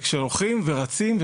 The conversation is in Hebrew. וכשהולכים ורצים,